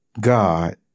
God